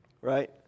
right